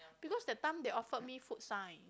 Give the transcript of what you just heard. because that time they offered me Food Science